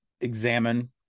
examine